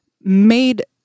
made